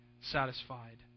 satisfied